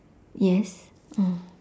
yes uh